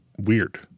weird